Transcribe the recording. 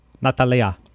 Natalia